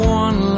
one